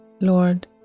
Lord